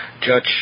judge